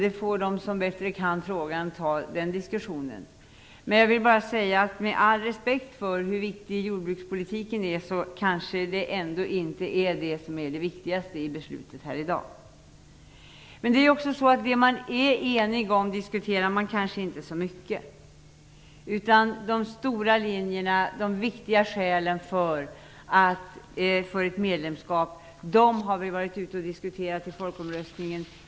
De som kan frågan bättre får ta den diskussionen. Med all respekt för hur viktig jordbrukspolitiken är vill jag bara säga att det kanske ändå inte är den som är viktigast i beslutet här i dag. Det man är enig om diskuterar man kanske inte så mycket. De stora linjerna, de viktiga skälen för ett medlemskap, har vi varit ute och diskuterat inför folkomröstningen.